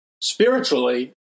Spiritually